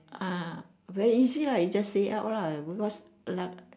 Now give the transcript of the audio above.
ah very easy lah you just say out lah what's luck